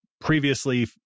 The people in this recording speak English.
previously